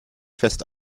fest